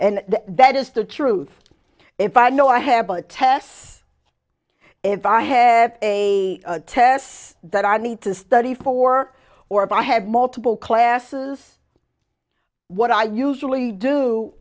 and that is the truth if i know i have a tess if i have a test that i need to study for or if i have multiple classes what i usually do